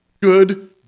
Good